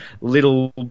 little